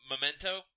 Memento